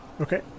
Okay